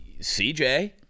CJ